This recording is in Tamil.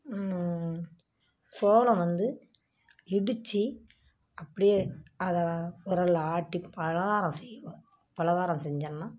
சோளம் வந்து இடித்து அப்படியே அதை உரலில் ஆட்டி பலகாரம் செய்வோம் பலகாரம் செஞ்சன்னா